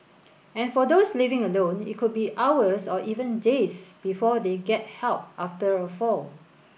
and for those living alone it could be hours or even days before they get help after a fall